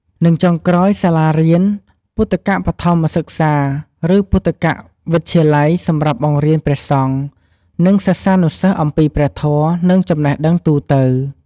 និងចុងក្រោយសាលារៀនពុទ្ធិកបឋមសិក្សា ឬពុទ្ធិកវិទ្យាល័យសម្រាប់បង្រៀនព្រះសង្ឃ និងសិស្សានុសិស្សអំពីព្រះធម៌ និងចំណេះដឹងទូទៅ។